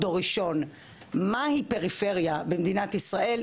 דור ראשון ומה היא פריפריה במדינת ישראל,